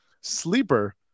Sleeper